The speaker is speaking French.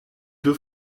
deux